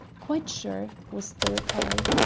quite sure, was the reply.